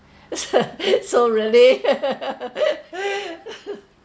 so really